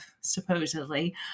supposedly